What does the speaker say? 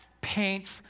paints